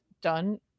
done